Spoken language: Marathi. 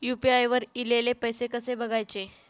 यू.पी.आय वर ईलेले पैसे कसे बघायचे?